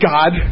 God